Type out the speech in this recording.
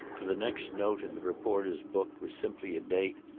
for the next note in the reporter's book was simply a date,